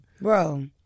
Bro